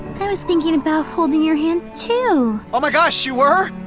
i was thinking about holding your hand too! oh my gosh, you were?